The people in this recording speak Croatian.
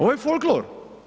Ovo je folklor.